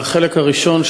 לחלק הראשון,